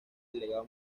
delegado